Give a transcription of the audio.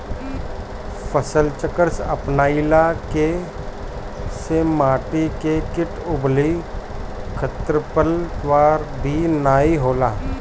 फसलचक्र अपनईला से माटी में किट अउरी खरपतवार भी नाई होला